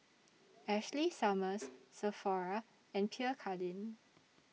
Ashley Summers Sephora and Pierre Cardin